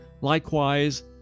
Likewise